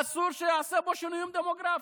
אסור שיעשה בו שינויים דמוגרפיים,